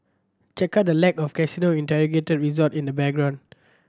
check out the lack of casino integrated resort in the background